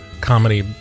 comedy